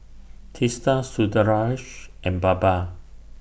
Teesta Sundaresh and Baba